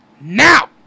Now